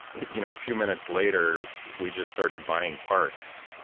you know, a few minutes later, we just started buying parts.